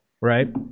right